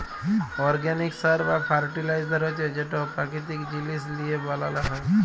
organic সার বা fertiliser হছে যেট পাকিতিক জিলিস লিঁয়ে বালাল হ্যয়